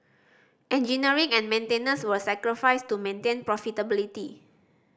engineering and maintenance were sacrificed to maintain profitability